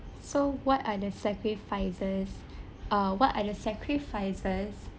so what are the sacrifices uh what are the sacrifices